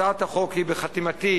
הצעת החוק היא בחתימתי,